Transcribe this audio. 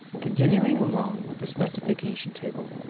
continuing along with the specification table,